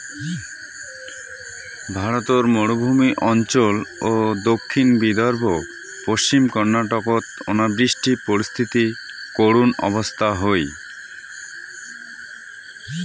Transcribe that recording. ভারতর মরুভূমি অঞ্চল ও দক্ষিণ বিদর্ভ, পশ্চিম কর্ণাটকত অনাবৃষ্টি পরিস্থিতি করুণ অবস্থা হই